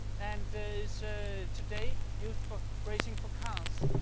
and is so today used for grazing for cows.